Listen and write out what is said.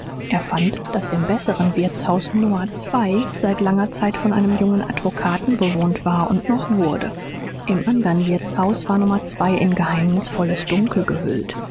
er fand daß im besseren wirtshaus nummer zwei seit langer zeit von einem jungen advokaten bewohnt war und noch wurde im andern wirtshaus war nummer zwei in geheimnisvolles dunkel gehüllt